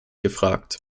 gefragt